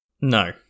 No